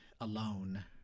alone